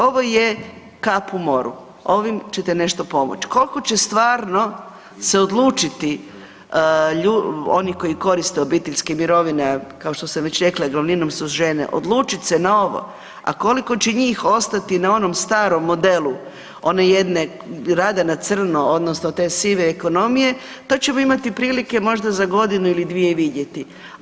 Ovo je kap u moru, ovim ćete nešto pomoć koliko će stvarno se odlučiti oni koji koriste obiteljske mirovine, a kao što sam već rekla glavninom su žene, odlučit se na ovo, a koliko će njih ostati na onom starom modelu one jedne rada na crno odnosno te sive ekonomije tad ćemo imati prilike možda za godinu ili dvije vidjeti.